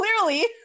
clearly